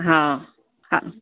हा हा